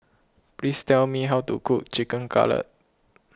please tell me how to cook Chicken Cutlet